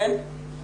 כן.